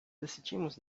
decidimos